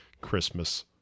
Christmas